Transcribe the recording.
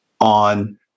on